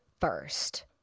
first